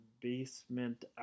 basement